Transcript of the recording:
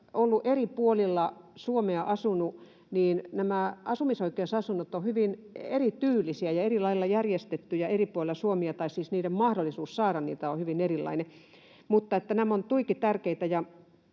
eri puolilla Suomea asunut, niin nämä asumisoikeusasunnot ovat olleet hyvin erityylisiä ja erilailla järjestettyjä eri puolilla Suomea, tai siis mahdollisuus saada niitä on hyvin erilainen. Mutta nämä ovat tuiki tärkeitä.